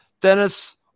Dennis